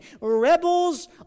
rebels